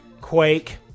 Quake